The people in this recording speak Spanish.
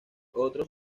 otros